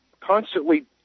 constantly –